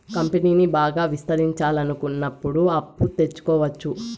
కంపెనీని బాగా విస్తరించాలనుకున్నప్పుడు అప్పు తెచ్చుకోవచ్చు